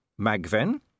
Magven